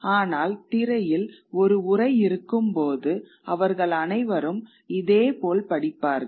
ஆனால் திரையில் ஒரு உரை இருக்கும் போது அவர்கள் அனைவரும் இதேபோல் படிப்பார்கள்